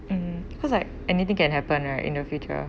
mm because like anything can happen right in the future